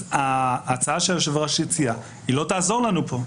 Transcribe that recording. אז ההצעה שיושב הראש הציע, היא לא תעזור לנו פה.